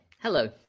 hello